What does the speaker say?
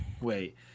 Wait